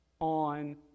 on